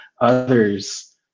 others